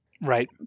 right